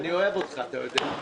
אני אוהב אותך, אתה יודע.